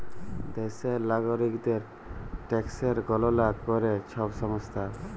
দ্যাশের লাগরিকদের ট্যাকসের গললা ক্যরে ছব সংস্থা